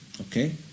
okay